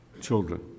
children